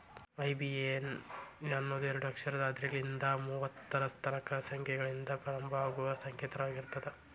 IBAN ಅನ್ನೋದು ಎರಡ ಅಕ್ಷರದ್ ಹದ್ನಾಲ್ಕ್ರಿಂದಾ ಮೂವತ್ತರ ತನಕಾ ಸಂಖ್ಯೆಗಳಿಂದ ಪ್ರಾರಂಭವಾಗುವ ಸಂಕೇತವಾಗಿರ್ತದ